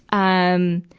um,